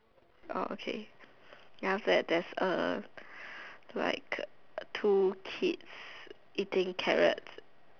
orh okay then after that there's a like two kids eating carrots